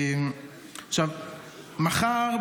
מחר,